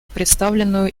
представленную